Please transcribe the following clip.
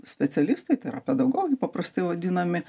specialistai tai yra pedagogai paprastai vadinami